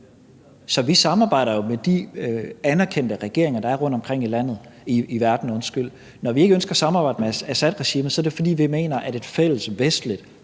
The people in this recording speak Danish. Så vi samarbejder jo med de anerkendte regeringer, der er rundtomkring i verden. Når vi ikke ønsker at samarbejde med Assadregimet, er det, fordi vi mener, at et fælles vestligt